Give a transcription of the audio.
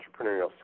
entrepreneurial